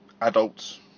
Adults